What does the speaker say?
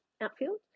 outfield